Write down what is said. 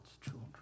children